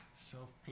Self